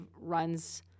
runs